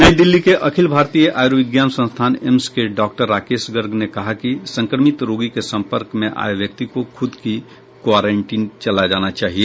नई दिल्ली के अखिल भारतीय आयुर्विज्ञान संस्थान एम्स के डॉ राकेश गर्ग ने कहा कि संक्रमित रोगी के संपर्क में आए व्यक्ति को खुद हीं क्वारेंटीन में चले जाना चाहिए